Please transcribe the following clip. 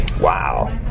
wow